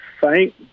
thank